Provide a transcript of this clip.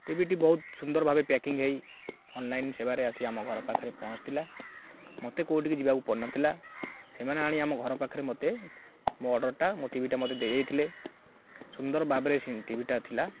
ଟିଭିଟି ବହୁତ ସୁନ୍ଦର ଭାବେ ପ୍ୟାକିଂ ହୋଇ ଅନ୍ଲାଇନ୍ ସେବାରେ ଆସି ଆମ ଘର ପାଖରେ ପହଞ୍ଚିଥିଲା ମୋତେ କେଉଁଠିକି ଯିବାକୁ ପଡ଼ିନଥିଲା ସେମାନେ ଆଣି ଆମ ଘର ପାଖରେ ମୋତେ ମୋ ଅର୍ଡ଼ର୍ଟା ମୋ ଟିଭିଟା ମୋତେ ଦେଇ ଦେଇଯାଇଥିଲେ ସୁନ୍ଦର ଭାବରେ ଟିଭିଟା ଥିଲା